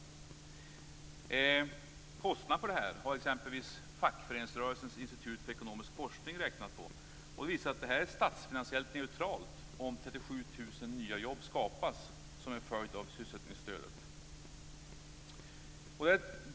Kostnaderna för detta har Fackföreningsrörelsens Institut för Ekonomisk Forskning räknat på. Det visar sig att det här är statsfinansiellt neutralt om 37 000 nya jobb skapas som en följd av sysselsättningsstödet.